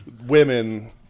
women